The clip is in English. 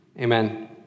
Amen